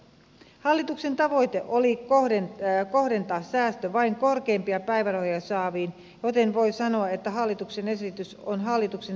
hallituksen tavoite oli kohdentaa säästö vain korkeimpia päivärahoja saaviin joten voi sanoa että hallituksen esitys on hallituksen tavoitteitten vastainen